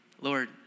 Lord